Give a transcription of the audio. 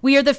we are the